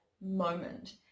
moment